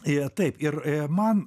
jie taip ir man